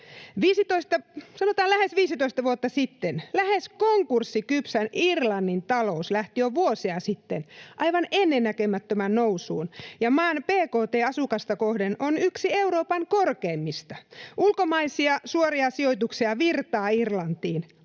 sanotaan lähes viisitoista, vuotta sitten lähes konkurssikypsän Irlannin talous lähti jo vuosia sitten aivan ennennäkemättömään nousuun, ja maan bkt asukasta kohden on yksi Euroopan korkeimmista. Ulkomaisia suoria sijoituksia virtaa Irlantiin,